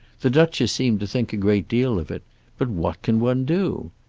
the duchess seemed to think a great deal of it but what can one do?